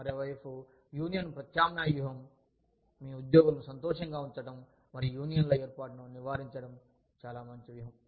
మరోవైపు యూనియన్ ప్రత్యామ్నాయ వ్యూహం మీ ఉద్యోగులను సంతోషంగా ఉంచడం మరియు యూనియన్ల ఏర్పాటును నివారించడం చాలా మంచి వ్యూహం